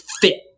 fit